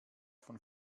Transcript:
von